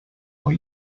are